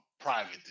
private